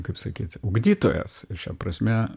kaip sakyt ugdytojas ir šia prasme